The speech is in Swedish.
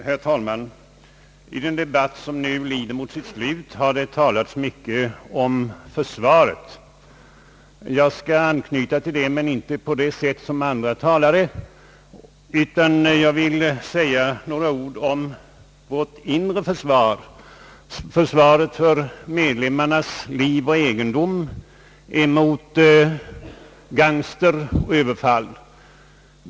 Herr talman! I den debatt som nu lider mot sitt slut har det talats mycket om försvaret. Jag skall anknyta till det — men inte på samma sätt som andra talare, utan jag vill säga några ord om vårt inre försvar, försvaret av medborgarnas liv och egendom mot gangstervälde och överfall.